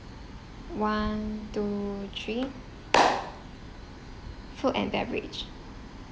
one two three food and beverage